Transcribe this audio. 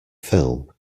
film